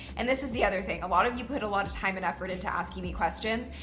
and this is the other thing. a lot of you put a lot of time and effort into asking me questions,